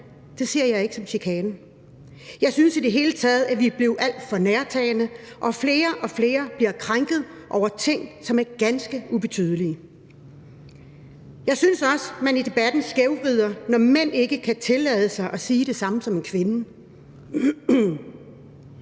Det ser jeg ikke som chikane. Jeg synes i det hele taget, at vi er blevet alt for nærtagende, og flere og flere bliver krænket over ting, som er ganske ubetydelige. Jeg synes også, at man i debatten skævvrider, når mænd ikke kan tillade sig at sige det samme som kvinder.